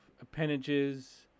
appendages